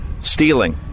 Stealing